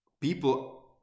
people